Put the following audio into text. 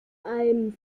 einem